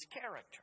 character